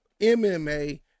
mma